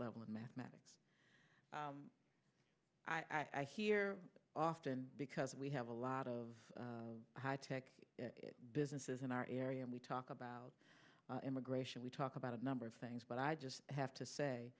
level in mathematics i hear often because we have a lot of high tech businesses in our area and we talk about immigration we talk about a number of things but i just have to say